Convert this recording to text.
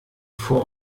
vor